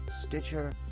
Stitcher